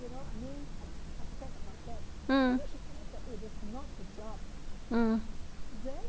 mm mm